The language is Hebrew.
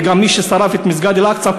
וגם מי ששרף את מסגד אל-אקצא,